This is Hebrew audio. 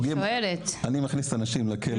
אני מכניס פוגעים לכלא,